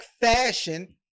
fashion